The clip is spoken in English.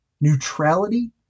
neutrality